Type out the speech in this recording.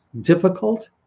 difficult